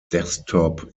desktop